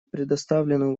предоставленную